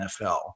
NFL